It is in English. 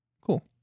Cool